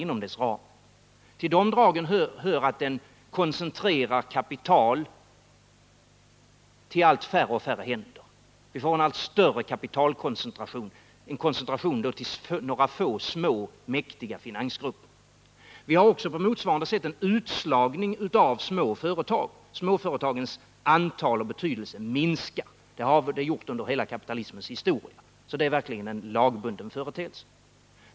Till dessa drag hör att kapital koncentreras till allt färre händer. Vi får alltså en allt större kapitalkoncentration, till några få, små och mäktiga finansgrupper. På motsvarande sätt sker det en utslagning av små företag. Småföretagens antal och betydelse minskar, och den utvecklingen har vi haft under kapitalismens hela historia. Detta är verkligen en lagbunden företeelse.